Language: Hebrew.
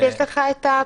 אסף, יש לך את הפרטים.